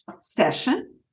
session